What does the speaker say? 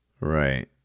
Right